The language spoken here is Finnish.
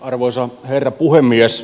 arvoisa herra puhemies